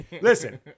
Listen